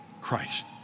Christ